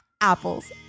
Apples